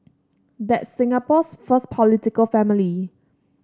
that's Singapore's first political family